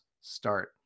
start